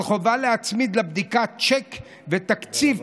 אבל חובה להצמיד לבדיקה צ'ק ותקציב,